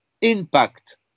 impact